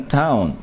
town